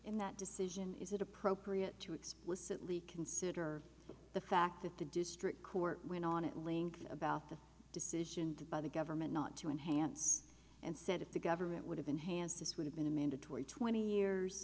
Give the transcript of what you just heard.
in that decision is it appropriate to explicitly consider the fact that the district court went on at length about the decision by the government not to enhance and said if the government would have enhanced this would have been a mandatory twenty years